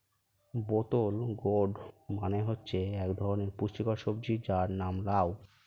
বোতল গোর্ড মানে হচ্ছে এক ধরনের পুষ্টিকর সবজি যার নাম লাউ